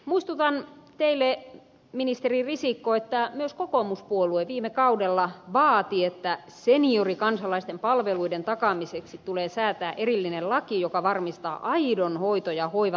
muistutan teille ministeri risikko että myös kokoomuspuolue viime kaudella vaati että seniorikansalaisten palveluiden takaamiseksi tulee säätää erillinen laki joka varmistaa aidon hoito ja hoivatakuun